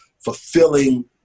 fulfilling